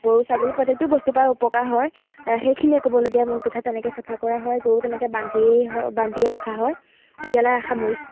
গৰু ছাগলী প্ৰত্যেকটো বস্তুৰ পৰা উপকাৰ হয় সেইখিনিয়ে ক'বলগীয়া মোৰ কথা তেনেকৈ চাফা কৰা হয় গৰু তেনেকৈ বান্ধিয়েই হ বান্ধিয়ে ৰখা হয় এতিয়ালৈ সামৰিছোঁ